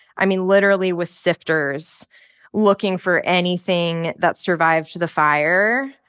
i mean, literally with sifters looking for anything that survived the fire.